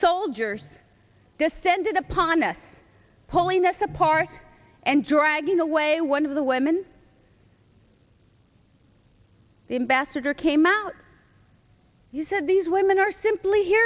soldiers descended upon us pulling us apart and dragging away one of the women the ambassador came out you said these women are simply here